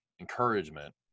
encouragement